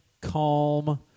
calm